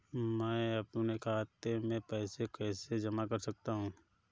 मैं अपने खाते में पैसे कैसे जमा कर सकता हूँ?